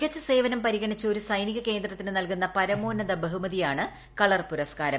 മിക്ക്ച്ച് സ്നെവനം പരിഗണിച്ച് ഒരു സൈനിക കേന്ദ്രത്തിന് നൽകൂന്ന് പ്രമോന്നത ബഹുമതിയാണ് കളർ പുരസ്കാരം